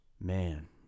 man